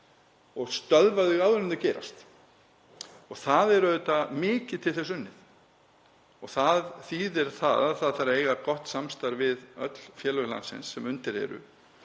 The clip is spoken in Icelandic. og stöðvað þau áður en þau gerast og það er auðvitað mikið til þess að vinna. Það þýðir að það þarf að eiga gott samstarf við öll félög landsins sem undir eru.